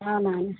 Nani